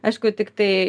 aišku tiktai